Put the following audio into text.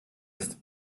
ist